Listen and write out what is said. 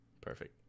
perfect